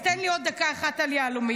אז תן לי עוד דקה אחת על יהלומים,